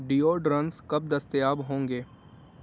deodorants کب دستیاب ہوں گے